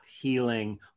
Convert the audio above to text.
healing